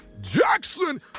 Jackson